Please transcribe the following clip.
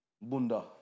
bunda